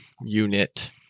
unit